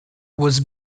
was